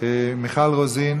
מיכל רוזין,